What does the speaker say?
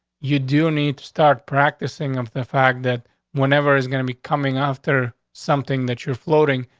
you do need to start practicing of the fact that whenever is gonna be coming after something that you're floating,